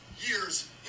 years